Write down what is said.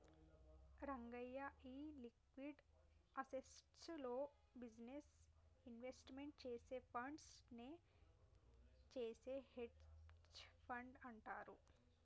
రంగయ్య, నీ liquid assets లో business investment చేసే ఫండ్స్ నే చేసే హెడ్జె ఫండ్ అంటారు